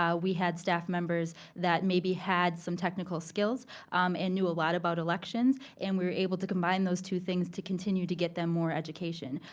yeah we had staff members that may be had some technical skills um and knew a lot about elections and we were able to combine those two things to continue to get them more education.